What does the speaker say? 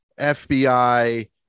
FBI